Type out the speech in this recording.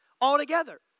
altogether